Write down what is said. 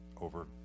over